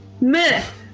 myth